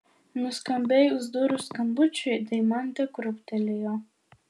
nuskambėjus durų skambučiui deimantė krūptelėjo